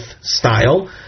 style